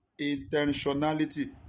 Intentionality